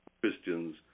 Christians